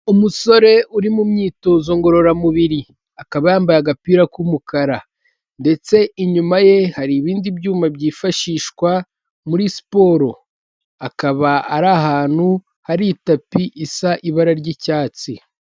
Umusore uri mu myitozo ngororamubiri akaba yambaye agapira k'umukara ndetse inyuma ye hari ibindi byuma byifashishwa muri siporo akaba ari ahantu hari itapi isa ibara ry'icyatsi.